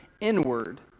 inward